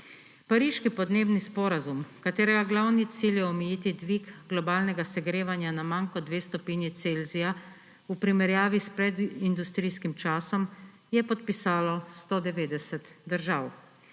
Pariški podnebni sporazum, katerega glavni cilj je omejiti dvig globalnega segrevanja na manj kot 2 stopnji Celzija v primerjavi s predindustrijskim časom, je podpisalo 190 držav.